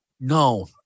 No